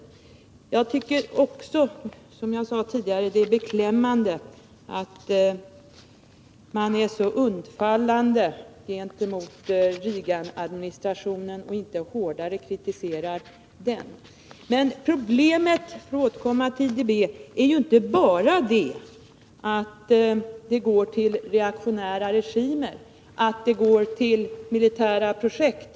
Jag tycker också, som jag sade tidigare, att det är beklämmande att socialdemokraterna är så undfallande gentemot Reaganadministrationen och inte kritiserar den hårdare. För att återkomma till IDB, är problemet inte bara att stödet går till reaktionära regimer, att det går till militära projekt.